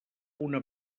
una